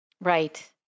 Right